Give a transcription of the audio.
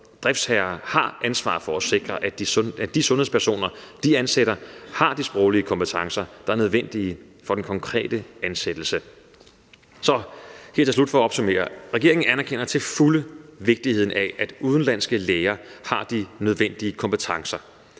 driftsherrer har ansvaret for at sikre, at de sundhedspersoner, man ansætter, har de sproglige kompetencer, der er nødvendige i den konkrete ansættelse. Kl. 10:44 Så for at opsummere her til slut: Regeringen anerkender til fulde vigtigheden af, at udenlandske læger har de nødvendige kompetencer,